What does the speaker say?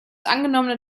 angenommene